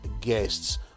guests